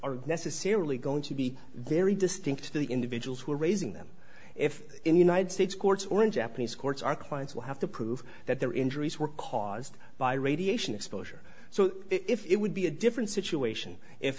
are necessarily going to be very distinct to the individuals who are raising them if in united states courts or in japanese courts our clients will have to prove that their injuries were caused by radiation exposure so if it would be a different situation if